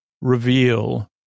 reveal